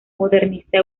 modernista